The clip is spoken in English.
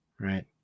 right